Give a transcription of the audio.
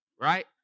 Right